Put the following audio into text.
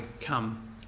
come